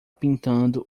pintando